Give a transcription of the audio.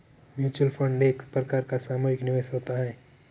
mutual fund एक प्रकार का सामुहिक निवेश होता है